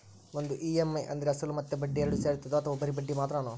ಒಂದು ಇ.ಎಮ್.ಐ ಅಂದ್ರೆ ಅಸಲು ಮತ್ತೆ ಬಡ್ಡಿ ಎರಡು ಸೇರಿರ್ತದೋ ಅಥವಾ ಬರಿ ಬಡ್ಡಿ ಮಾತ್ರನೋ?